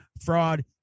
fraud